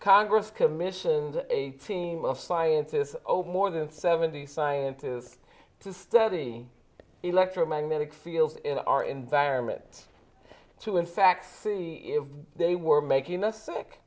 congress commissioned a team of scientists over more than seventy scientists to study electromagnetic fields in our environment to in fact see if they were making us sick